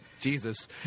Jesus